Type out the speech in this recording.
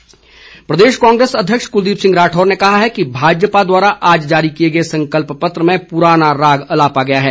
कुलदीप राठौर प्रदेश कांग्रेस अध्यक्ष कुलदीप सिंह राठौर ने कहा है कि भाजपा द्वारा आज जारी किए गए संकल्प पत्र में पुराना राग अलापा गया है